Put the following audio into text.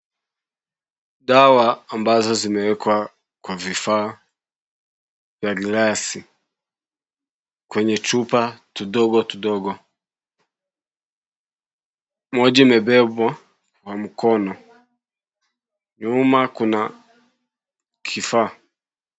Dawa ambazo zimewekwa kwa vifaa za glasi kwenye chupa tudogo tudogo, moja imebebwa kwa mkono. Nyuma kuna kifaa.